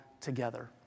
together